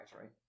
right